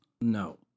No